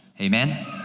Amen